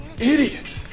idiot